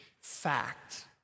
fact